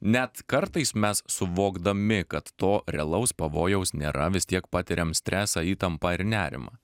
net kartais mes suvokdami kad to realaus pavojaus nėra vis tiek patiriam stresą įtampą ir nerimą